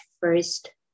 first